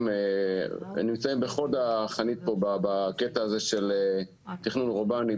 נמצאים בחוד החנית פה בקטע הזה של תכנון אורבני.